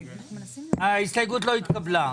הצבעה לא אושר ההסתייגות לא התקבלה.